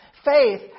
Faith